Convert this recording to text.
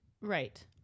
Right